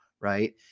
Right